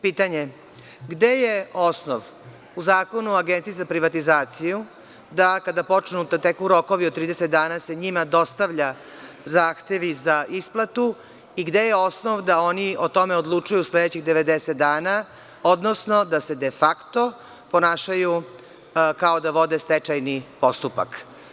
Pitanje je – gde je osnov u Zakonu o Agenciji za privatizaciju da kada počnu da teku rokovi od 30 dana se njima dostavljaju zahtevi za isplatu i gde je osnov da oni o tome odlučuju sledećih 90 dana, odnosno da se de facto ponašaju kao da vode stečajni postupak?